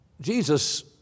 Jesus